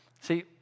See